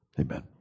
amen